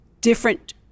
different